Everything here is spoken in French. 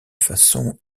façon